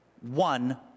one